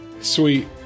Sweet